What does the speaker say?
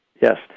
Yes